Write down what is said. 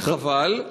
זה חבל,